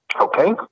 Okay